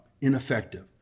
ineffective